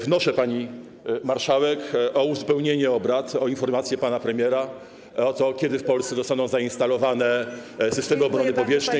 Wnoszę, pani marszałek, o uzupełnienie obrad o informację pana premiera o tym, kiedy w Polsce zostaną zainstalowane systemy obrony powietrznej.